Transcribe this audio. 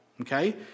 okay